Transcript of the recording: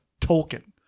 Tolkien